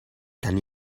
kan